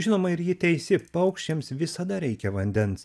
žinoma ir ji teisi paukščiams visada reikia vandens